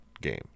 game